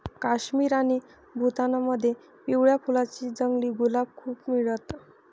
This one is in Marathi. काश्मीर आणि भूतानमध्ये पिवळ्या फुलांच जंगली गुलाब खूप मिळत